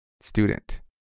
student